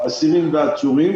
אסירים ועצורים.